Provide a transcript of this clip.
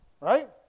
right